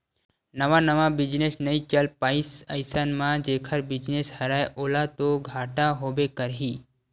नवा नवा बिजनेस नइ चल पाइस अइसन म जेखर बिजनेस हरय ओला तो घाटा होबे करही